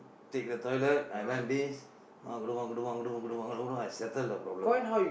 take the toilet I run this I settle the problem